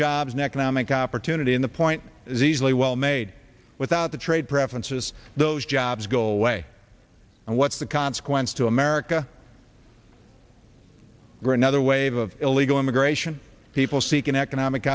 jobs and economic opportunity in the point is easily well made without the trade preferences those jobs go away and what's the consequence to america or another wave of illegal immigration people seeking economic